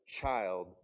Child